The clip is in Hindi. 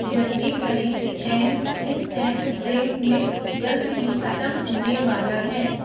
जल्दी करें टैंग इंस्टैंट ड्रिंक मिक्स जल्द ही ख़त्म होने वाला है